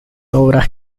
obras